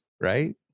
right